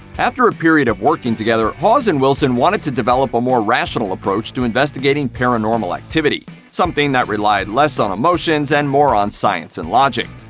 after a period of working together, hawes and wilson wanted to develop a more rational approach to investigating paranormal activity, something that relied less on emotions, and more on science and logic.